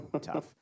tough